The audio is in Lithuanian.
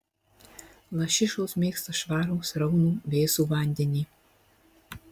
lašišos mėgsta švarų sraunų vėsų vandenį